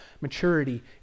maturity